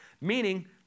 meaning